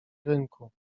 rynku